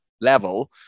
level